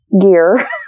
gear